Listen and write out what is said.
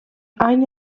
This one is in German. ein